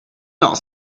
not